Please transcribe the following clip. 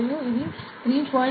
మరియు ఇది 3